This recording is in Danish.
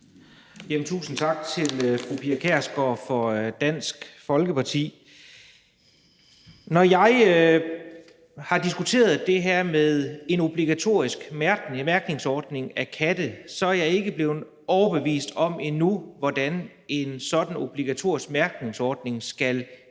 Tusind tak til fru Pia Kjærsgaard og Dansk Folkeparti. Når jeg har diskuteret det her om en obligatorisk mærkningsordning for katte, er jeg endnu ikke blevet overbevist om, hvordan en sådan obligatorisk mærkningsordning i givet